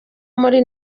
muri